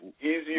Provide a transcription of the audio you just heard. easier